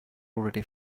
already